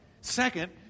Second